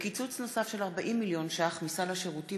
וקיצוץ נוסף של 40 מיליון ש"ח מסל השירותים